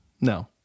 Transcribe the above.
no